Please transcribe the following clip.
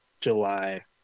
July